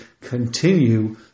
continue